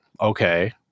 Okay